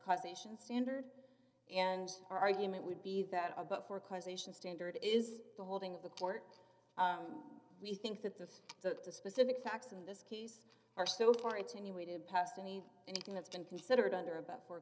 causation standard and our argument would be that about four causation standard is the holding of the court we think that the that the specific facts in this case are so far it's a new way to pass any anything that's been considered under about four